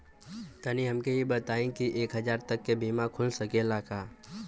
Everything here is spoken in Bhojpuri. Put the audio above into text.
तनि हमके इ बताईं की एक हजार तक क बीमा खुल सकेला का?